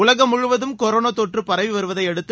உலகம் முழுவதும் கொரோனா தொற்று பரவி வருவதையடுத்து